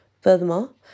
Furthermore